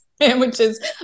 sandwiches